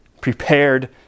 prepared